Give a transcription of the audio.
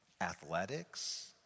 athletics